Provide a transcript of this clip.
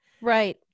Right